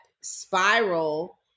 spiral